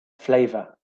flavor